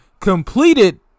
completed